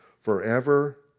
forever